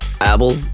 Apple